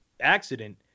accident